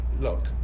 Look